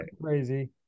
Crazy